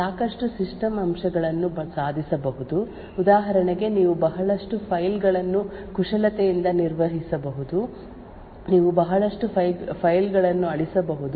ಈ ನಿರ್ದಿಷ್ಟ ಮಾದರಿಯ ಸಮಸ್ಯೆಯೆಂದರೆ ಸಿ ಮತ್ತು ಸಿ C ಪ್ರೋಗ್ರಾಂ ಗಳೊಂದಿಗೆ ನೀವು ಸಾಕಷ್ಟು ಸಿಸ್ಟಮ್ ಅಂಶಗಳನ್ನು ಸಾಧಿಸಬಹುದು ಉದಾಹರಣೆಗೆ ನೀವು ಬಹಳಷ್ಟು ಫೈಲ್ ಗಳನ್ನು ಕುಶಲತೆಯಿಂದ ನಿರ್ವಹಿಸಬಹುದು ನೀವು ಬಹಳಷ್ಟು ಫೈಲ್ ಗಳನ್ನು ಅಳಿಸಬಹುದು